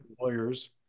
lawyers